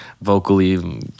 vocally